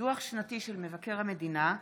דוח שנתי של מבקר המדינה,